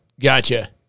Gotcha